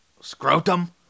Scrotum